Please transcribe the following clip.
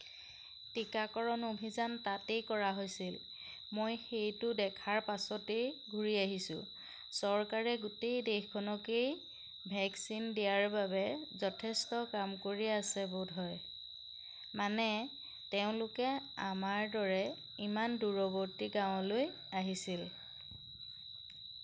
টীকাকৰণ অভিযান তাতেই কৰা হৈছিল মই সেইটো দেখাৰ পাছতেই ঘূৰি আহিছোঁ চৰকাৰে গোটেই দেশখনকেই ভেকচিন দিয়াৰ বাবে যথেষ্ট কাম কৰি আছে বোধহয় মানে তেওঁলোকে আমাৰ দৰে ইমান দূৰৱৰ্তী গাঁৱলৈ আহিছিল